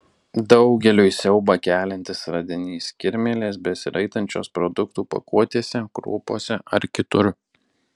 daugeliui siaubą keliantis radinys kirmėlės besiraitančios produktų pakuotėse kruopose ar kitur